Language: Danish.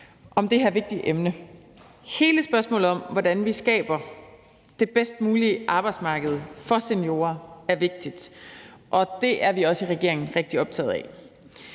om det her vigtige emne. Hele spørgsmålet om, hvordan vi skaber det bedst mulige arbejdsmarked for seniorer, er vigtigt, og det er vi også i regeringen rigtig optaget af.